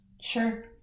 Sure